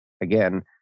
again